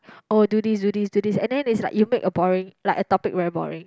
orh do this do this do this and then is like you make a boring like a topic very boring